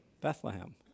Bethlehem